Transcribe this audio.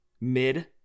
mid